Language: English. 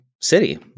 city